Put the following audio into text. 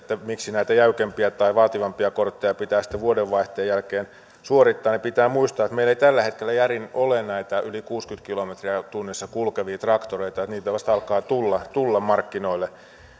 miksi näitä jäykempiä tai vaativampia kortteja pitää sitten vuodenvaihteen jälkeen suorittaa niin pitää muistaa että meillä ei tällä hetkellä järin ole näitä yli kuusikymmentä kilometriä tunnissa kulkevia traktoreita että niitä vasta alkaa tulla tulla markkinoille